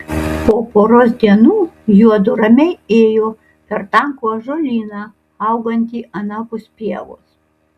po poros dienų juodu ramiai ėjo per tankų ąžuolyną augantį anapus pievos